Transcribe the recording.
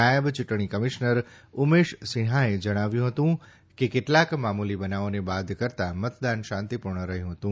નાયબ ચુંટણી કમિશ્નર ઉમેશ સિંહાએ જણાવ્યું કે કેટલાક મામુલી બનાવોને બાદ કરતાં મતદાન શાંતીપુર્ણ રહયું હતું